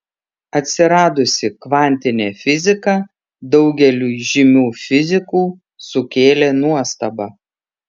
atsiradusi kvantinė fizika daugeliui žymių fizikų sukėlė nuostabą